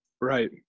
Right